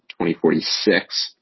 2046